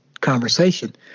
conversation